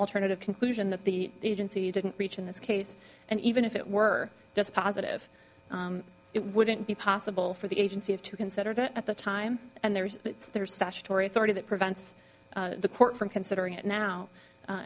alternative conclusion that the agency didn't reach in this case and even if it were just positive it wouldn't be possible for the agency of to consider that at the time and there's it's there's statutory authority that prevents the court from considering it now